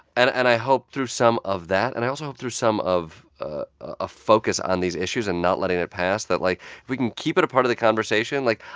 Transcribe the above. and and i hope through some of that, and i also hope through some of ah a focus on these issues and not letting it pass, that, like, if we can keep it a part of the conversation like,